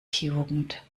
jugend